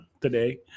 today